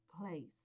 place